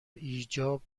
ایجاب